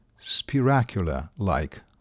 spiracular-like